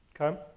Okay